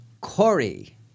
Corey